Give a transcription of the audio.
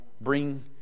bring